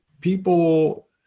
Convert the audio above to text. people